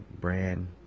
brand